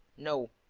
no,